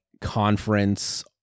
conference